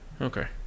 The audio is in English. Okay